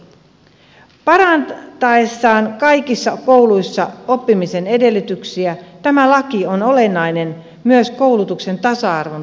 parantaessaan oppimisen edellytyksiä kaikissa kouluissa tämä laki on olennainen myös koulutuksen tasa arvon takaajana